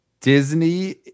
Disney